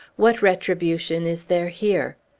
what retribution is there here?